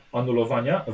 anulowania